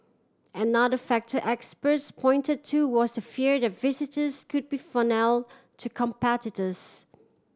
another factor experts pointed to was the fear that visitors could be funnel to competitors